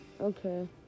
Okay